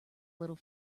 little